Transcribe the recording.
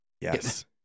yes